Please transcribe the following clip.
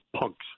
punks